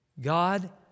God